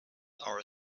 our